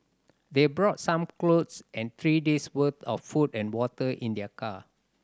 they brought some clothes and three days' worth of food and water in their car